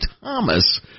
Thomas